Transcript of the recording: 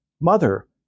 Mother